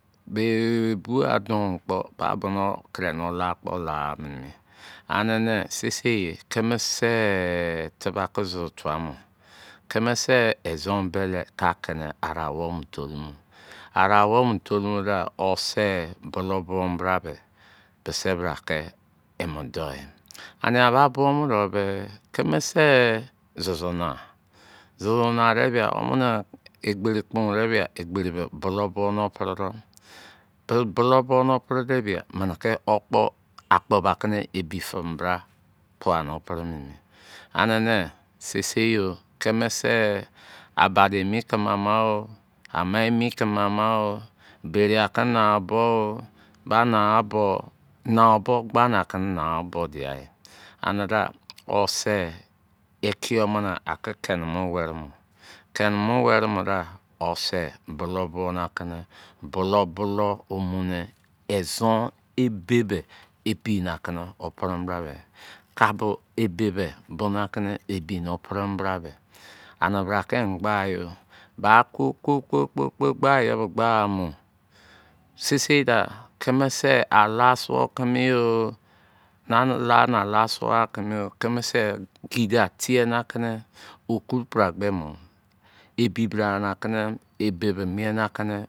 Bee bua don kpo ba bono ba la kpo la mene ye ane ne seisei ye keme se te be ke susu tuwa mo keme se ezon bele ka ke ne kala owo mo tolumo kala owo bo tolumu de ose bulou bo mo bra be bise bra ke emi dou emi ane yan ba bo de me keme se susu nau susu nau de amene egberi kpon vida egberi bo bolou bo mo pre do mene ke okpo akpo ba ke ne ebi fe bra po wei na pre mene ye. Ane ne seisei yo keme se aba de emi keme ama o, ama emi keme ama bere ake na bo ba na bo bo gba na bo diai ane ga o se ikio mene a ke kene mo were mo kene mo were mo ne ose bulou bo na keme bulou balou mu ne ezon ebe me ebi na kono a bonu bra me kabo ebe be bona wan keme ebi no pre me bra me ane bra ke em gba yo ba kpo kpo kpo kpo gba yo gba mo sese da keme se ala suo keme yo na ne la suo keme yo keme se kida te na ke ne okru bra gbe mo ebi bra nake ne ebe bo mien na ke ne